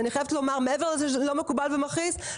מעבר לזה שזה לא מקובל ומכעיס,